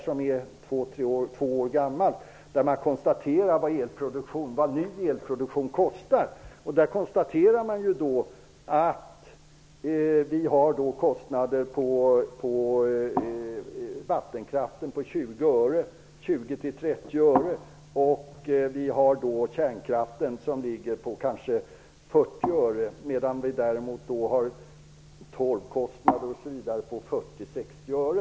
Den är visserligen två år gammal. Där konstateras vad ny elproduktion kostar. Vattenkraften kostar 20--30 öre, kärnkraften kanske 40 öre, medan vi har torvkostnader på 40--60 öre.